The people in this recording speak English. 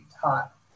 taught